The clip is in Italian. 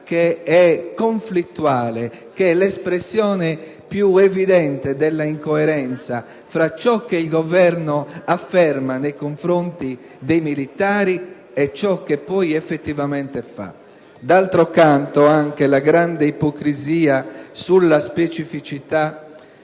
vergogna: è l'espressione più evidente dell'incoerenza tra ciò che il Governo afferma nei confronti dei militari e ciò che poi effettivamente fa. D'altro canto, anche la grande ipocrisia sulla specificità